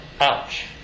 Ouch